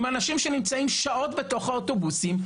עם אנשים שנמצאים במשך שעות בתוך האוטובוסים,